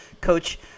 Coach